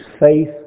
faith